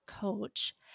coach